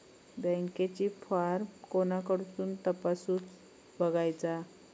बँकेचो फार्म कोणाकडसून तपासूच बगायचा?